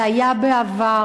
זה היה בעבר,